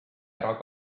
ära